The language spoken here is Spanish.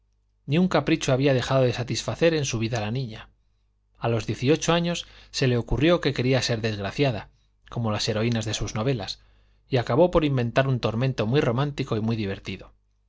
ni un capricho había dejado de satisfacer en su vida la niña a los dieciocho años se le ocurrió que quería ser desgraciada como las heroínas de sus novelas y acabó por inventar un tormento muy romántico y muy divertido